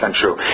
true